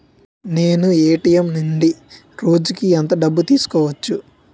నేను ఎ.టి.ఎం నుండి రోజుకు ఎంత డబ్బు తీసుకోవచ్చు?